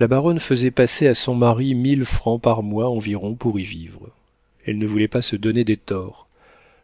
la baronne faisait passer à son mari mille francs par mois environ pour y vivre elle ne voulait pas se donner des torts